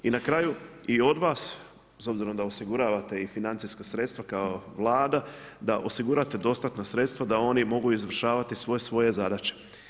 I na kraju i od vas, s obzirom da osiguravate i financijska sredstva kao Vlada, da osigurate dostatna sredstva da oni mogu izvršavati sve svoje zadaće.